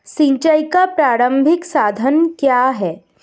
सिंचाई का प्रारंभिक साधन क्या है?